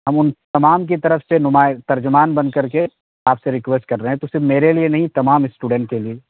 ہم ان تمام کی طرف سے ترجمان بن کر کے آپ سے رکویسٹ کر رہے ہیں تو صرف میرے لیے نہیں تمام اسٹوڈن کے لیے